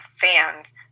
fans